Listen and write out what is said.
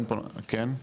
כן?